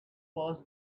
was